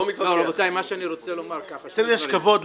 טוב, רבותיי, מה שאני רוצה לומר זה שני דברים.